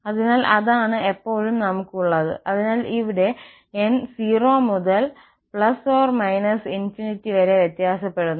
അതിനാൽ അതാണ് എപ്പോഴും നമുക്ക് ഉള്ളത് അതിനാൽ ഇവിടെ n 0 മുതൽ ±∞ വരെ വ്യത്യാസപ്പെടുന്നു